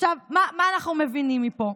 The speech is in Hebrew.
עכשיו, מה אנחנו מבינים מפה?